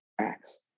acts